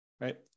right